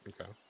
Okay